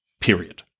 Period